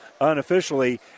unofficially